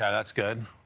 yeah that's good.